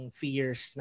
fears